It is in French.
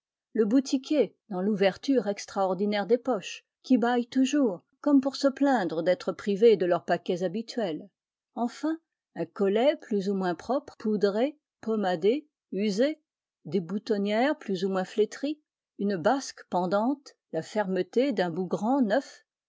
le boutiquier dans l'ouverture extraordinaire des poches qui bâillent toujours comme pour se plaindre d'être privées de leurs paquets habituels enfin un collet plus ou moins propre poudré pommadé usé des boutonnières plus ou moins flétries une basque pendante la fermeté d'un bougran neuf